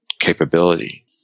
capability